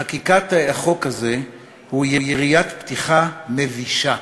חקיקת החוק הזה היא יריית פתיחה מבישה.